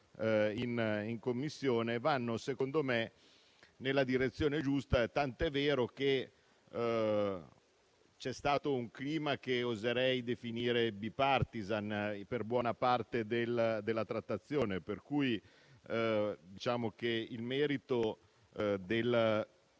in Commissione vanno secondo me nella direzione giusta, tant'è vero che c'è stato un clima che oserei definire *bipartisan* per buona parte della trattazione. Diciamo che il merito della